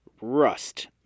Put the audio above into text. Rust